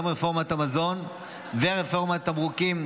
גם רפורמת המזון וגם רפורמת התמרוקים,